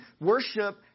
Worship